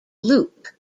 luke